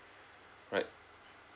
right